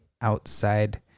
outside